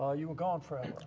ah you were gone forever.